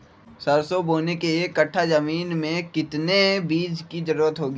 सरसो बोने के एक कट्ठा जमीन में कितने बीज की जरूरत होंगी?